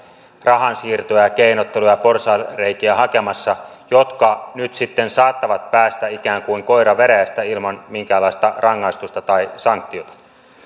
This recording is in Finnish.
rahansiirtoja ja keinotteluja ja hakemassa jotka nyt saattavat päästä ikään kuin koira veräjästä ilman minkäänlaista rangaistusta tai sanktiota